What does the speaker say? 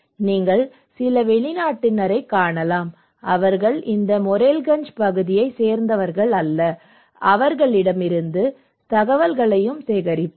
நீங்கள் சில வெளிநாட்டினரைக் காணலாம் அவர்கள் இந்த மோரெல்கஞ்ச் பகுதியைச் சேர்ந்தவர்கள் அல்ல அவர்களிடமிருந்து தகவல்களையும் சேகரிப்போம்